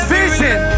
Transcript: vision